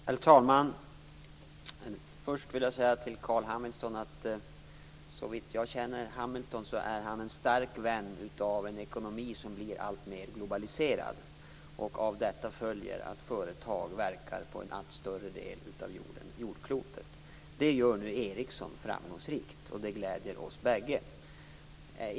Herr talman! Först vill jag säga till Carl Hamilton att såvitt jag känner Hamilton är han en stark vän av en ekonomi som blir alltmer globaliserad. Av detta följer att företag verkar på en allt större del av jordklotet. Det gör nu Ericsson framgångsrikt, och det gläder oss bägge.